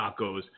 tacos